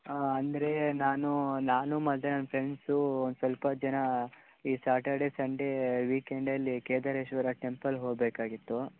ಹಾಂ ಅಂದ್ರೆ ನಾನು ನಾನು ಮತ್ತೆ ನನ್ನ ಫ್ರೆಂಡ್ಸೂ ಒಂದು ಸ್ವಲ್ಪ ಜನ ಈ ಸಾಟರ್ಡೇ ಸಂಡೇ ವೀಕೆಂಡಲ್ಲಿ ಕೇದಾರೇಶ್ವರ ಟೆಂಪಲ್ ಹೋಗಬೇಕಾಗಿತ್ತು